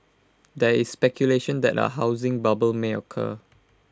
there is speculation that A housing bubble may occur